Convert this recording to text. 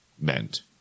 meant